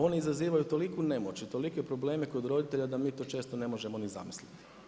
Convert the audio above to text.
Oni izazivaju toliku nemoć i tolike probleme kod roditelja da mi to često ne možemo ni zamisliti.